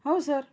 हो सर